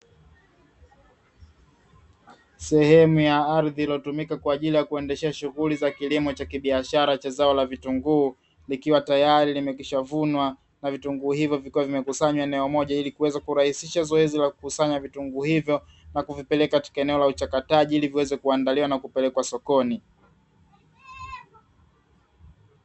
Sehemu ya ardhi iliyotumika kwa ajili ya kuendeshea shughuli za kilimo cha kibiashara cha zao la vitunguu, likiwa tayari limekwishavunwa na vitunguu hivyo vikiwa vimekusanywa eneo moja ili kuweza kurahisisha zoezi la kukusanya vitunguu hivyo, na kuvipeleka katika eneo la uchakataji ili viweze kuandaliwa na kupelekwa sokoni.